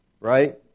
Right